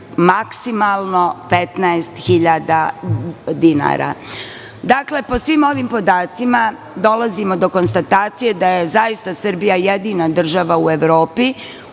maksimalno 15.000 dinara. Dakle, po svim ovim podacima dolazimo do konstatacije da je zaista Srbija jedina država u Evropi